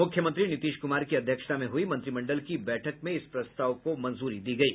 मुख्यमंत्री नीतीश कुमार की अध्यक्षता में हुई मंत्रिमंडल की बैठक में इस प्रस्ताव को मंजूरी दी गयी